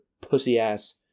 pussy-ass